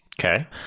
Okay